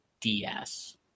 DS